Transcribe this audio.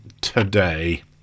today